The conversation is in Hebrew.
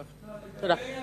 תודה.